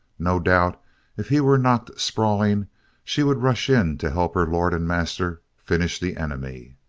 no doubt if he were knocked sprawling she would rush in to help her lord and master finish the enemy.